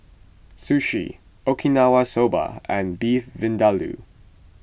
Sushi Okinawa Soba and Beef Vindaloo